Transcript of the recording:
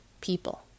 people